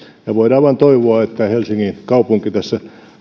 ja voidaan vain toivoa että helsingin kaupunki tässä